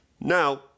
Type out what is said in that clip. Now